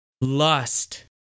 lust